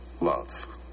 love